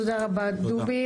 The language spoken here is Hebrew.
תודה רבה דובי.